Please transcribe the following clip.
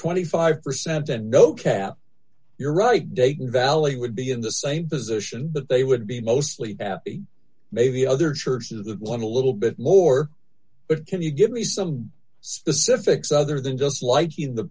twenty five percent and no cap you're right dayton valley would be in the same position but they would be mostly maybe other churches that want a little bit lower but can you give me some specifics other than just like in the